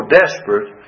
desperate